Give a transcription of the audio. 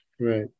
Right